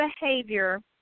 behavior